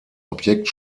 objekt